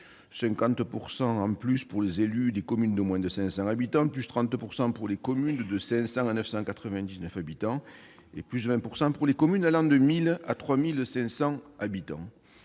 50 % de plus pour les élus des communes de moins de 500 habitants, 30 % de plus pour les communes de 500 à 999 habitants et 20 % de plus pour les communes de 1 000 à 3 500 habitants.